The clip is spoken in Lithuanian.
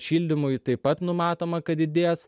šildymui taip pat numatoma kad didės